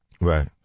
Right